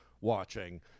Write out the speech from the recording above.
watching